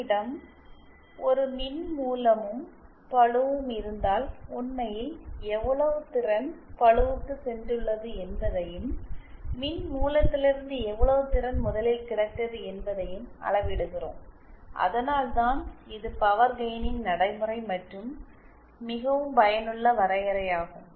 நம்மிடம் ஒரு மின்மூலமும் பளுவும் இருந்தால் உண்மையில் எவ்வளவு திறன் பளுவுக்கு சென்றுள்ளது என்பதையும் மின்மூலத்திலிருந்து எவ்வளவு திறன் முதலில் கிடைத்தது என்பதையும் அளவிடுகிறோம் அதனால்தான் இது பவர் கெயினின் நடைமுறை மற்றும் மிகவும் பயனுள்ள வரையறையாகும்